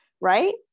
right